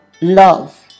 love